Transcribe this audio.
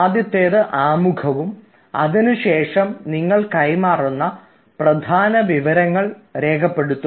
ആദ്യത്തേത് ആമുഖവും അതിനുശേഷം നിങ്ങൾ കൈമാറുന്ന പ്രധാന വിവരങ്ങൾ രേഖപ്പെടുത്തുക